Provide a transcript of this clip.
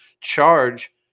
charge